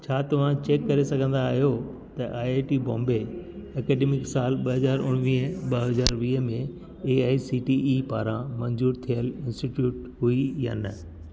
छा तव्हां चेक करे सघंदा आहियो त I I T Bombay academic साल ॿ हजार उणिवीह ॿ हजार वीह में A I C T E पारां मंजूर थियल इन्स्टिटयूट हुई या न